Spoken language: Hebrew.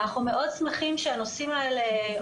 אנחנו מאוד שמחים שהנושאים האלה עולים לדיון.